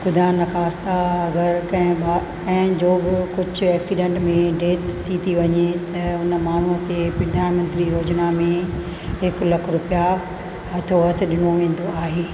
ख़ुदा न ख़ास्ता अगरि कंहिं कंहिंजो बि कुझु एक्सीडैंट में डेथ थी थी वञे त उन माण्हूअ खे प्रधान मंत्री योजना में हिकु लखु रुपया हथो हथु ॾिनो वेंदो आहे